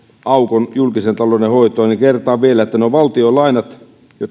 aukon julkisen talouden hoitoon niin sen verran kertaan vielä että valtion lainat